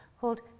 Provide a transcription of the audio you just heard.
called